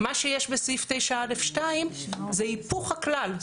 מה שיש בסעיף 9א(2) זה היפוך הכלל.